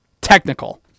Technical